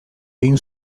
egin